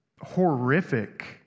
horrific